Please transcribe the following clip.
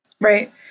Right